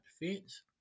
defense